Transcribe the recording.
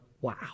wow